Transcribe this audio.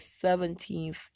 seventeenth